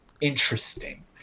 interesting